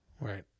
Right